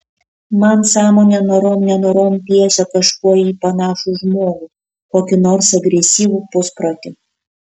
man sąmonė norom nenorom piešia kažkuo į jį panašų žmogų kokį nors agresyvų pusprotį